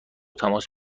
تماس